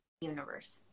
universe